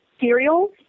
cereals